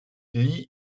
lee